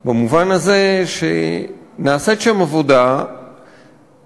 במובן הזה שנעשית שם עבודה מעניינת,